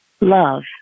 Love